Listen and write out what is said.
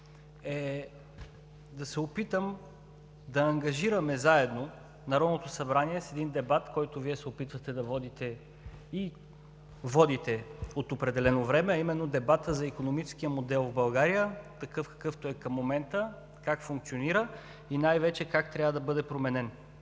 е да се опитам да ангажираме заедно Народното събрание с един дебат, който Вие се опитвахте да водите, и водите от определено време, а именно дебата за икономическия модел в България, такъв какъвто е към момента, как функционира и най-вече как трябва да бъде променен.